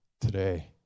today